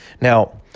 now